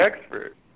expert